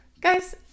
guys